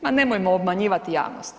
Ma nemojmo obmanjivati javnost.